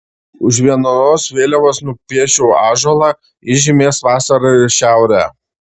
už vienos vėliavos nupiešiau ąžuolą jis žymės vasarą ir šiaurę